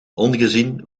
ongezien